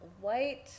white